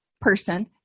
person